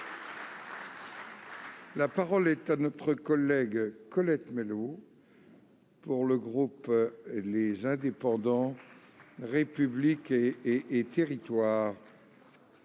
La parole est à Mme Colette Mélot, pour le groupe Les Indépendants- République et Territoires.